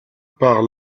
par